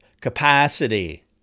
capacity